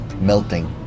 melting